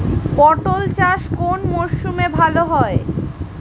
পটল চাষ কোন মরশুমে ভাল হয়?